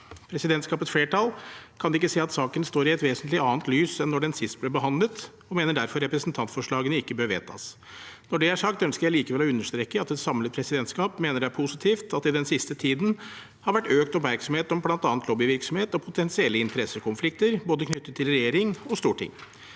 Presidentskapets flertall kan ikke se at saken står i et vesentlig annet lys enn da den sist ble behandlet, og mener derfor representantforslagene ikke bør vedtas. Når det er sagt, ønsker jeg likevel å understreke at et samlet presidentskap mener det er positivt at det den siste tiden har vært økt oppmerksomhet om bl.a. lobbyvirksomhet og potensielle interessekonflikter, knyttet til både regjering og storting.